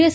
S